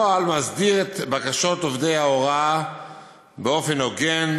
הנוהל מסדיר את בקשות עובדי ההוראה באופן הוגן,